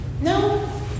No